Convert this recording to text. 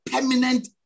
permanent